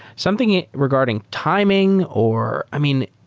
something regarding timing or, i mean,